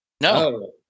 No